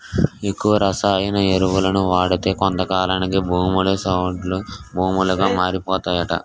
ఎక్కువ రసాయన ఎరువులను వాడితే కొంతకాలానికి భూములు సౌడు భూములుగా మారిపోతాయట